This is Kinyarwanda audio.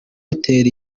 airtel